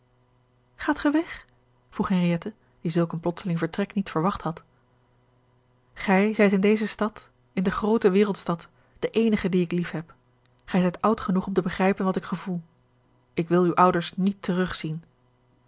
gaat gij weg vroeg henriette die zulk een plotseling vertrek niet verwacht had gij zijt in deze stad in de groote wereldstad de eenige die ik liefheb gij zijt oud genoeg om te begrijpen wat ik gevoel ik wil uwe ouders niet